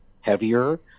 heavier